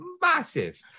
massive